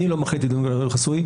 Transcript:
אני לא מחליט אם הדיון גלוי או חסוי,